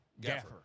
Gaffer